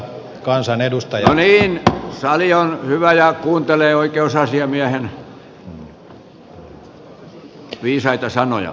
no niin sali on hyvä ja kuuntelee oikeusasiamiehen viisaita sanoja